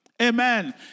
Amen